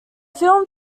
film